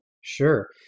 Sure